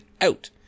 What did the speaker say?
out